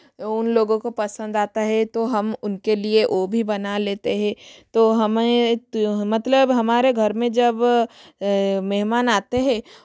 उन लोगों को पसंद आता है तो हम उनके लिए ओ भी बना लेते है तो हमें मतलब हमारे घर में जब मेहमान आते है